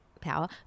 power